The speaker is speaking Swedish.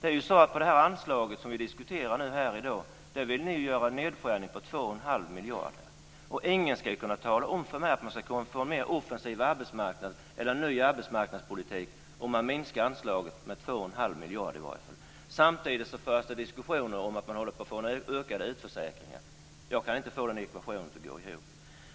Det är ju så att på det anslag som vi diskuterar här i dag vill ni i oppositionen göra en nedskärning på 2 1⁄2 miljarder. Ingen ska kunna tala om för mig att man skulle kunna få en mer offensiv arbetsmarknad eller en ny arbetsmarknadspolitik om man minskar anslaget med 2 1⁄2 miljarder i varje fall. Samtidigt förs det diskussioner om att man håller på att få ett ökat antal utförsäkringar. Jag kan inte få den ekvationen att gå ihop.